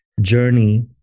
journey